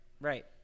right